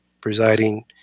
presiding